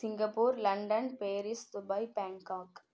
Singapore London Paris Dubai Bangkok